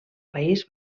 país